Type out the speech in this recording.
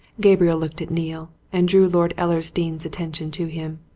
gabriel looked at neale, and drew lord ellersdeane's attention to him.